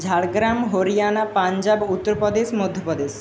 Jhargram Haryana Punjab Uttar Pradesh Madhya Pradesh